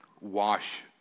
wash